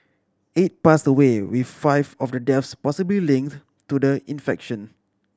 eight passed away with five of the deaths possibly linked to the infection